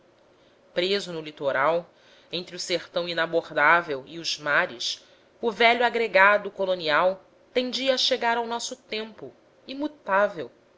preso no litoral entre o sertão inabordável e os mares o velho agregado colonial tendia a chegar ao nosso tempo imutável